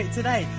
today